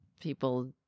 people